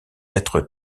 être